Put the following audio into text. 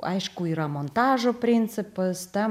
aišku yra montažo principas tam